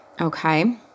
okay